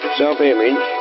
self-image